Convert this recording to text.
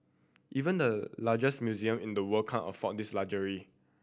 even the largest museum in the world can't afford this luxury